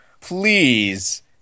Please